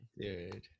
Dude